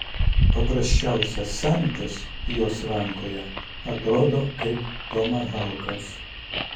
paprasčiausias samtis jos rankoje atrodo kaip tomahaukas